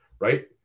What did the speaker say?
right